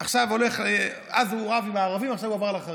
אז הוא רב עם הערבים, עכשיו הוא עבר לחרדים.